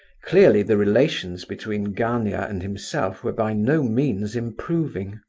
clearly the relations between gania and himself were by no means improving.